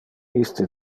iste